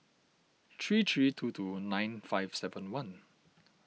three three two two nine five seven one